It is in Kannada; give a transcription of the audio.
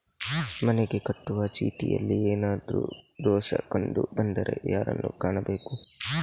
ಮನೆಗೆ ಕಟ್ಟುವ ಚೀಟಿಯಲ್ಲಿ ಏನಾದ್ರು ದೋಷ ಕಂಡು ಬಂದರೆ ಯಾರನ್ನು ಕಾಣಬೇಕು?